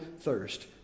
thirst